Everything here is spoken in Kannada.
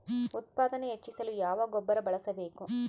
ಉತ್ಪಾದನೆ ಹೆಚ್ಚಿಸಲು ಯಾವ ಗೊಬ್ಬರ ಬಳಸಬೇಕು?